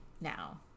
now